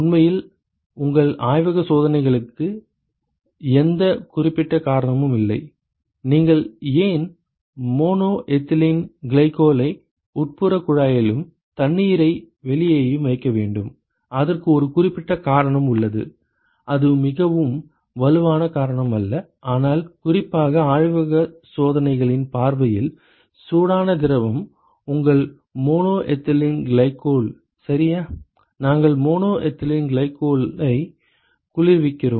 உண்மையில் உங்கள் ஆய்வக சோதனைகளுக்கு எந்த குறிப்பிட்ட காரணமும் இல்லை நீங்கள் ஏன் மோனோ எத்திலீன் கிளைகோலை உட்புறக் குழாயிலும் தண்ணீரை வெளியேயும் வைக்க வேண்டும் அதற்கு ஒரு குறிப்பிட்ட காரணம் உள்ளது அது மிகவும் வலுவான காரணம் அல்ல ஆனால் குறிப்பாக ஆய்வக சோதனைகளின் பார்வையில் சூடான திரவம் உங்கள் மோனோ எத்திலீன் கிளைகோல் சரியா நாங்கள் மோனோ எத்திலீன் கிளைகோலை குளிர்விக்கிறோம்